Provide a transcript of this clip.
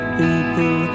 people